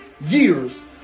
years